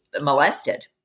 molested